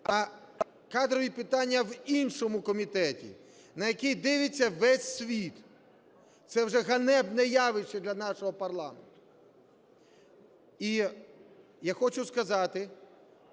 а кадрові питання в іншому комітеті, на який дивиться весь світ? Це вже ганебне явище для нашого парламенту. І я хочу сказати,